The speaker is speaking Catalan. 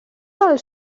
del